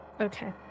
okay